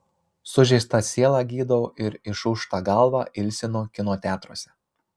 sužeistą sielą gydau ir išūžtą galvą ilsinu kino teatruose